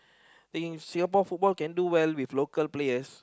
think Singapore football can do well with local players